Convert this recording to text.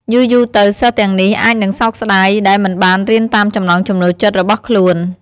យូរៗទៅ សិស្សទាំងនេះអាចនឹងសោកស្ដាយដែលមិនបានរៀនតាមចំណង់ចំណូលចិត្តរបស់ខ្លួន។